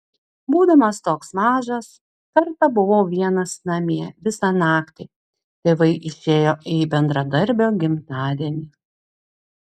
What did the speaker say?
būdamas toks mažas kartą buvau vienas namie visą naktį tėvai išėjo į bendradarbio gimtadienį